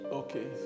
okay